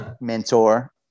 mentor